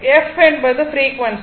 F என்பது frequency